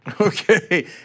Okay